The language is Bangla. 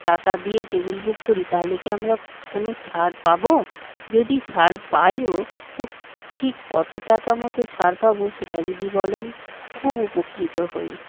টাকা দিয়ে টেবিল বুক করি তাহলে কি আমরা কোনো ছাড় পাবো যদি ছাড় পাইও তো ঠিক কতো টাকা মতো ছাড় পাবো সেটা যদি বলেন খুব উপকৃত হই